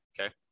Okay